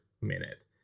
minute